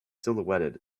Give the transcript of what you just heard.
silhouetted